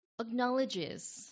acknowledges